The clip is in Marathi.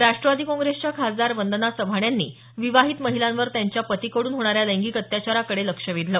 राष्ट्रवादी काँग्रेसच्या खासदार वंदना चव्हाण यांनी विवाहित महिलांवर त्यांच्या पतीकड्रन होणाऱ्या लैंगिक अत्याचाराकडे लक्ष वेधलं